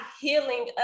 healing